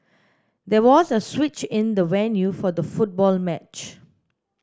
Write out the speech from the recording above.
there was a switch in the venue for the football match